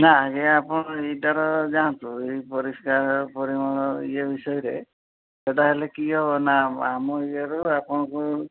ନାହିଁ ଆପଣ ଏଇଟାର ଯାଆନ୍ତୁ ଏଇ ପରିଷ୍କାର ପରିମଳ ୟେ ବିଷୟରେ ସେଇଟା ହେଲେ କି ହେବ ନା ଆ ଆମ ୟେର ଆପଣଙ୍କୁ